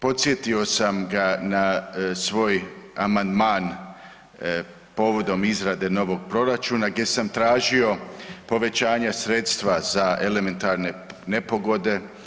Podsjetio sam ga na svoj amandman povodom izrade novog proračuna gdje sam tražio povećanje sredstva za elementarne nepogode.